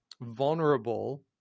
vulnerable